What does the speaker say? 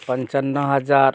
পঞ্চান্ন হাজার